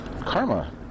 karma